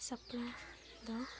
ᱥᱟᱯᱲᱟᱣ ᱫᱚ